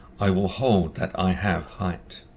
i will hold that i have hight